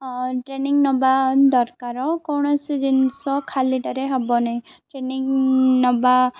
training ନବା ଦରକାର କୌଣସି ଜିନିଷ ଖାଲିଟାରେ ହବନିଁ ଟ୍ରେନିଂ ନବା